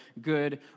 good